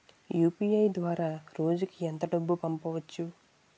UPI ద్వారా రోజుకి ఎంత డబ్బు పంపవచ్చు?